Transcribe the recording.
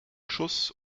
schuss